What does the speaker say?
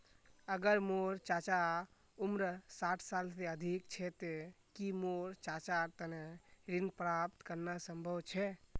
अगर मोर चाचा उम्र साठ साल से अधिक छे ते कि मोर चाचार तने ऋण प्राप्त करना संभव छे?